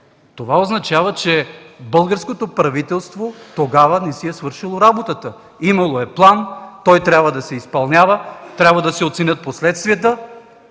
Това означава, че българското правителство тогава не си е свършило работата. Имало е план, той трябва да се изпълнява. Трябва да се оценят последствията.